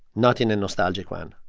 not in a nostalgic one.